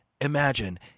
Imagine